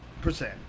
Percent